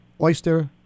oyster